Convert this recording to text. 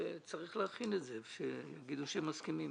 צריך להכין את זה ושיגידו שהם מסכימים.